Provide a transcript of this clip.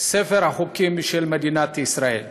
ספר החוקים של מדינת ישראל.